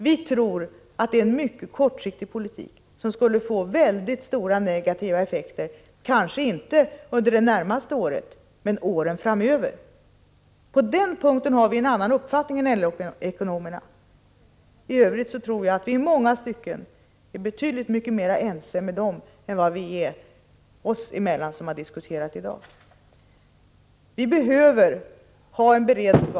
Vitror att det är en mycket kortsiktig politik som skulle få stora negativa effekter, kanske inte under det närmaste året men under åren framöver. På den punkten har regeringen en annan uppfattning än LO-ekonomerna. I övrigt är regeringen nog i många stycken betydligt mer ense med dem än vad vi som har diskuterat här i dag är med varandra.